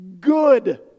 good